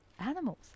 animals